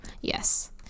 yes